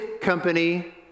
company